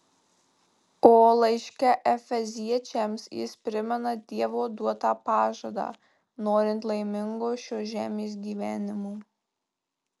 o laiške efeziečiams jis primena dievo duotą pažadą norint laimingo šios žemės gyvenimo